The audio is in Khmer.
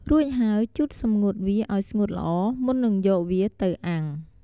រួចហើយជូតសម្ងួតវាឱ្យស្ងួតល្អ មុននឹងយកវាទៅអាំង។